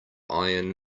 iron